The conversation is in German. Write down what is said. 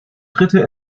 dritte